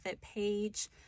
page